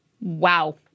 Wow